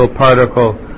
particle